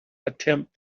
attempt